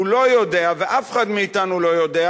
הוא לא יודע ואף אחד מאתנו לא יודע,